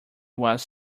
was